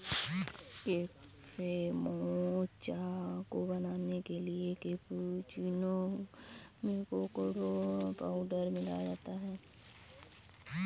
cafe mocha को बनाने के लिए कैप्युचीनो में कोकोडा पाउडर मिलाया जाता है